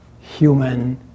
human